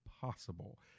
possible